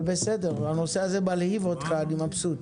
בסדר, הנושא הזה מלהיב אותך, אני מבסוט.